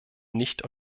nicht